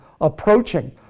approaching